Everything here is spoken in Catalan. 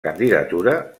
candidatura